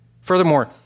Furthermore